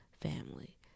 family